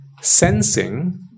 sensing